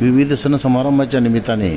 विविध सण समारंभाच्या निमित्ताने